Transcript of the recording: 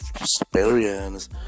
experience